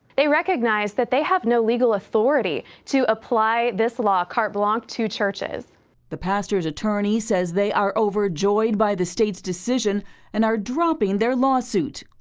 they recognized that they have no legal authority to apply this law, cart blanc, to churches. heather the pastors' attorney says they are overjoyed by the state's decision and are dropping their lawsuit.